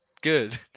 good